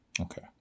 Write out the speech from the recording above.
Okay